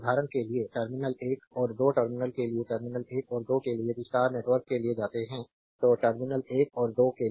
उदाहरण के लिए टर्मिनल 1 और 2 टर्मिनल के लिए टर्मिनल 1 और 2 के लिए यदि स्टार नेटवर्क के लिए जाते हैं तो टर्मिनल 1 और 2 के लिए